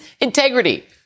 integrity